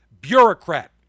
bureaucrat